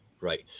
right